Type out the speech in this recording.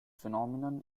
phenomenon